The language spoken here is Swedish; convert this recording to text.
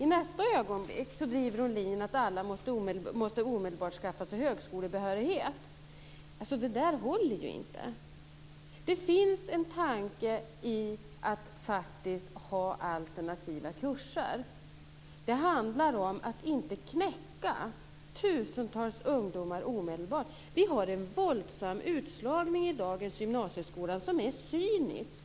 I nästa ögonblick driver hon linjen att alla omedelbart måste skaffa sig högskolebehörighet. Det där håller ju inte. Det finns en tanke i att faktiskt ha alternativa kurser. Det handlar om att inte knäcka tusentals ungdomar omedelbart. Vi har en våldsam utslagning i dagens gymnasieskola som är cynisk.